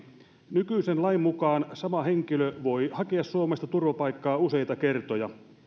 nykyisen lain mukaan sama henkilö voi hakea suomesta turvapaikkaa useita kertoja